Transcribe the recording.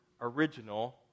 original